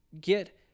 get